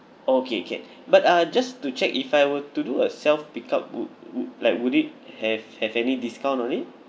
oh okay okay but uh just to check if I were to do a self pickup would would like would it have have any discount on it